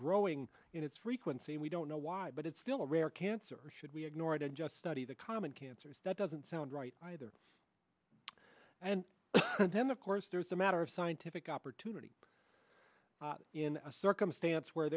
growing in its frequency we don't know why but it's still rare cancer or should we ignore it and just study the common cancers that doesn't sound right either and then of course there's the matter of scientific opportunity in a circumstance where